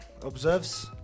Observes